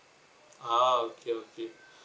ah okay okay